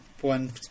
one